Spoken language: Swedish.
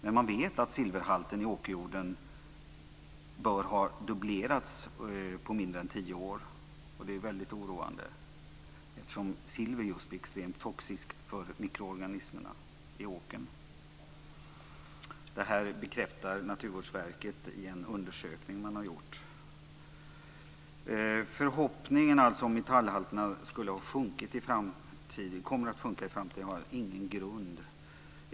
Men man vet att silverhalten i åkerjorden bör ha dubblerats på mindre än tio år, och det är väldigt oroande eftersom silver är extremt toxiskt för mikroorganismerna i åkern. Detta bekräftar Naturvårdsverket i en undersökning som man har gjort. Förhoppningen att metallhalterna i framtiden kommer att sjunka har jag ingen grund för.